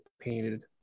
painted